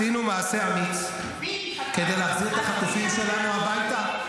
--- אנחנו עשינו מעשה אמיץ כדי להחזיר את החטופים שלנו הביתה,